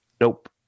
Nope